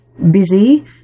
busy